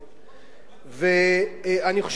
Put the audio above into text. ואני חושב שהסרת